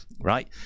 right